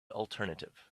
alternative